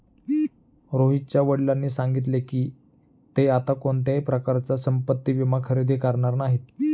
रोहितच्या वडिलांनी सांगितले की, ते आता कोणत्याही प्रकारचा संपत्ति विमा खरेदी करणार नाहीत